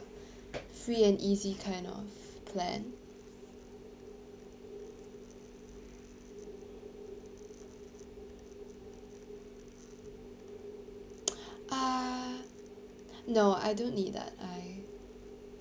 free and easy kind of plan ah no I don't need that I